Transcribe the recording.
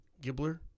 Gibbler